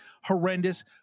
horrendous